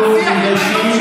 ננציח את יום השנה בכנסת.